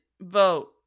vote